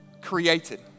created